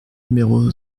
numéro